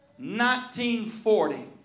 1940